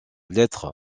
lettre